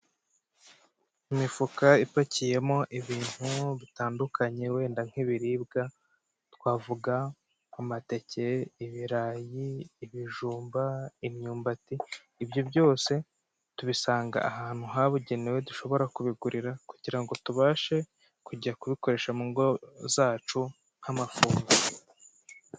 Imifuka ipakiyemo ibintu bitandukanye wenda nk'ibiribwa twavuga: amateke, ibirayi, ibijumba, imyumbati, ibyo byose tubisanga ahantu habugenewe dushobora kubigurira kugira ngo tubashe kujya kubikoresha mu ngo zacu nk'amafunguro.